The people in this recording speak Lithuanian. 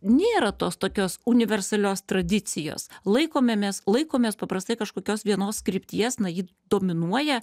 nėra tos tokios universalios tradicijos laikomėmės laikomės paprastai kažkokios vienos krypties na ji dominuoja